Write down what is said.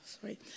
Sorry